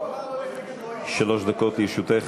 שלוש דקות לרשותך.